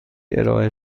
ارائه